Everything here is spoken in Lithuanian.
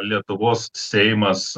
lietuvos seimas